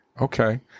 Okay